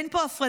אין פה הפרדה,